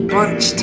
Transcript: Bunch